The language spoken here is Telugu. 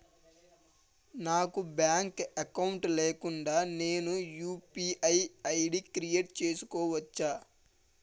నాకు బ్యాంక్ అకౌంట్ లేకుండా నేను యు.పి.ఐ ఐ.డి క్రియేట్ చేసుకోవచ్చా?